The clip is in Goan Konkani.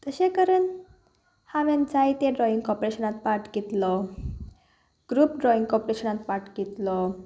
तशें करन हांवें जायते ड्रॉइंग कॉम्पिटिशनांत पार्ट कितलो ग्रूप ड्रॉईंग कॉम्पिटिशनांत पार्ट घेतलो